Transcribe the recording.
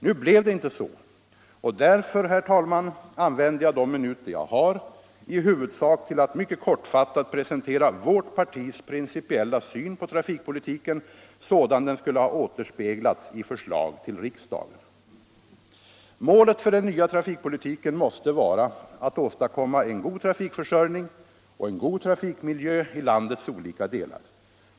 Nu blev det inte så, och därför, herr talman, använder jag de minuter jag har i huvudsak till att mycket kortfattat presentera vårt partis principiella syn på trafikpolitiken, sådan den skulle ha återspeglats i förslag till riksdagen. Målet för den nya trafikpolitiken måste vara att åstadkomma en god trafikförsörjning och en god trafikmiljö i landets olika delar.